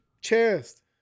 chest